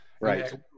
Right